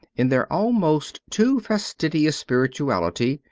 in their almost too fastidious spirituality,